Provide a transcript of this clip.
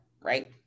right